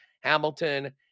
Hamilton